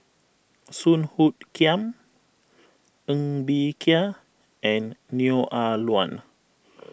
Song Hoot Kiam Ng Bee Kia and Neo Ah Luan